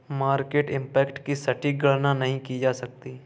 market impact की सटीक गणना नहीं की जा सकती